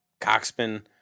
coxman